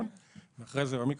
עלה לי חשד ובאתי